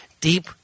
deep